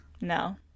No